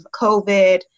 COVID